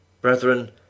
Brethren